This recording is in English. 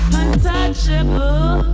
untouchable